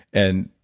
and